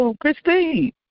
Christine